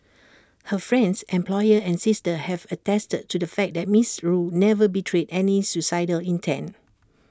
her friends employer and sister have attested to the fact that miss rue never betrayed any suicidal intent